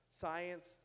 Science